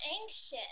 anxious